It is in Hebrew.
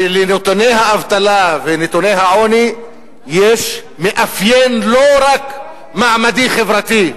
ולנתוני האבטלה ולנתוני העוני יש מאפיין לא רק מעמדי-חברתי,